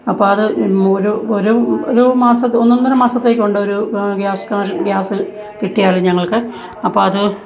അപ്പോള് അത് മൊരു ഒരു ഒരു മാസത് ഒന്നൊന്നൊര മാസത്തേക്കുണ്ടൊരു ഗ്യാസ് കണക്ഷൻ ഗ്യാസ് കിട്ടിയായിരുന്നു ഞങ്ങൾക്ക് അപ്പോള് അത്